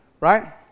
right